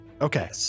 Okay